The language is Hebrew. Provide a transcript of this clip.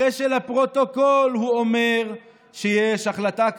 אחרי שלפרוטוקול הוא אומר שיש החלטה כזאת.